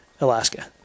Alaska